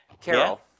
Carol